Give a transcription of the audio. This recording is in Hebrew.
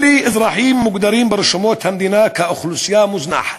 אלה אזרחים המוגדרים ברשומות המדינה כאוכלוסייה מוזנחת,